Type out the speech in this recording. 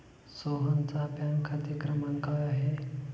सोहनचा बँक खाते क्रमांक काय आहे?